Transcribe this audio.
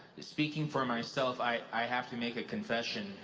speaking for myself, i have to make a confession,